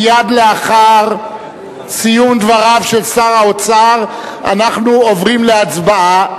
מייד לאחר סיום דבריו של שר האוצר אנחנו עוברים להצבעה.